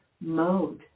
mode